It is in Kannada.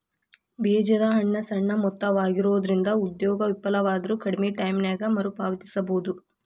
ಬೇಜದ ಹಣ ಸಣ್ಣ ಮೊತ್ತವಾಗಿರೊಂದ್ರಿಂದ ಉದ್ಯೋಗ ವಿಫಲವಾದ್ರು ಕಡ್ಮಿ ಟೈಮಿನ್ಯಾಗ ಮರುಪಾವತಿಸಬೋದು